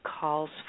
calls